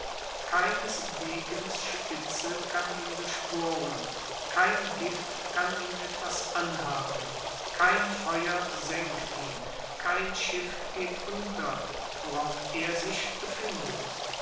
keines degens spitze kann ihn durchbohren kein gift kann ihm etwas anhaben kein feuer sengt ihn kein schiff geht unter worauf er sich befindet